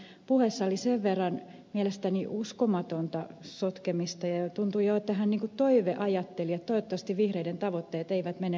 viitamiehen puheessa oli sen verran mielestäni uskomatonta sotkemista ja tuntui jo että hän niin kuin toiveajatteli että toivottavasti vihreiden tavoitteet eivät mene läpi